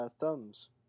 thumbs